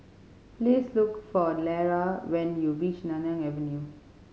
please look for Lera when you reach Nanyang Avenue